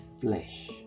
flesh